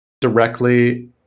directly